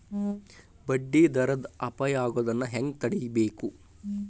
ಬಡ್ಡಿ ದರದ್ ಅಪಾಯಾ ಆಗೊದನ್ನ ಹೆಂಗ್ ತಡೇಬಕು?